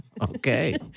Okay